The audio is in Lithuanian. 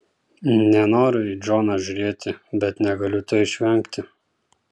nenoriu į džoną žiūrėti bet negaliu to išvengti